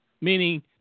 meaning